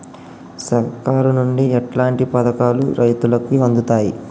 సర్కారు నుండి ఎట్లాంటి పథకాలు రైతులకి అందుతయ్?